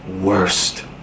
worst